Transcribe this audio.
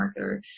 marketer